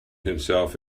himself